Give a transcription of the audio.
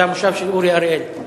זה המושב של אורי אריאל.